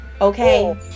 Okay